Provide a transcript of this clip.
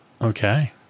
Okay